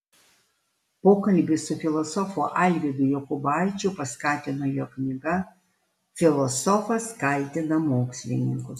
pokalbį su filosofu alvydu jokubaičiu paskatino jo knyga filosofas kaltina mokslininkus